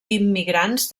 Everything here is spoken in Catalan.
immigrants